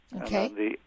Okay